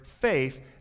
faith